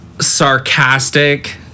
sarcastic